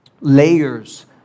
layers